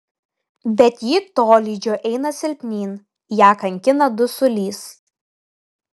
bet ji tolydžio eina silpnyn ją kankina dusulys